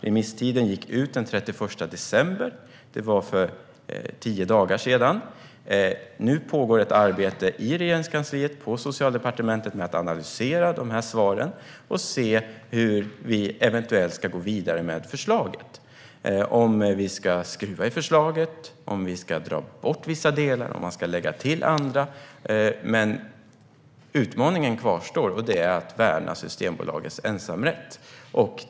Remisstiden gick ut den 31 december - det var för tio dagar sedan. Nu pågår ett arbete i Regeringskansliet, i Socialdepartementet, med att analysera svaren och se hur vi eventuellt ska gå vidare med förslaget - ska vi skruva i förslaget, dra bort vissa delar eller lägga till andra? Men utmaningen kvarstår. Det handlar om att värna Systembolagets ensamrätt.